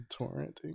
torrenting